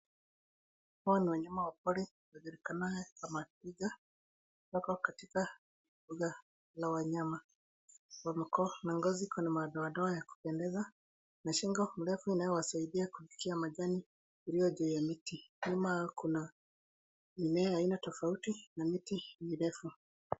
Hawa ni wanyama wa pori wajulikanao kama twiga. Wako katika mbuga la wanyama. Wakona ngozi ikona madoadoa ya kupendeza na shingo mrefu inayowasaidia kufikia majani yaliyo juu ya mti. Nyuma yao kuna mimea ya aina tofauti na miti mirefu.